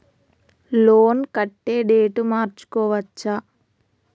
Loan కట్టే date మార్చుకోవచ్చా?